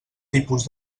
tipus